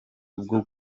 bwo